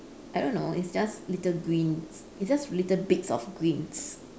I don't know it's just little greens it's just little bit of greens